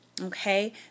okay